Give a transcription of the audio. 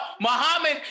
Muhammad